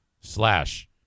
slash